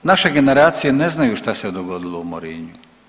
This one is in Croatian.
Naše generacije ne znaju šta se dogodilo u Morinu.